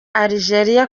algeria